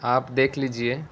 آپ دیکھ لیجیے